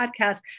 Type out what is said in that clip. podcast